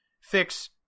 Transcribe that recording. fix